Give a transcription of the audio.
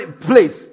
place